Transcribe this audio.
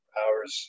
hours